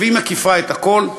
והיא מקיפה את הכול,